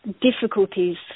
difficulties